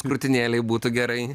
krūtinėlei būtų gerai